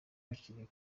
bakiri